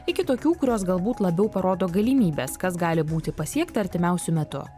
iki tokių kurios galbūt labiau parodo galimybes kas gali būti pasiekta artimiausiu metu